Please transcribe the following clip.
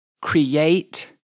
create